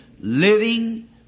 living